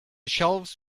shelves